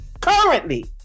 Currently